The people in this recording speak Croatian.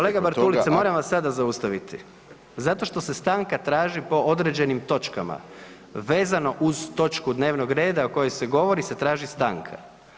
Kolega BArtulica moram vas sada zaustaviti, zato što se stanka traži po određenim točkama, vezano uz točku dnevnog reda o kojoj se govori se traži stanka.